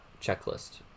checklist